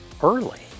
early